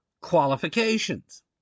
qualifications